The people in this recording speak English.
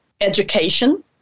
education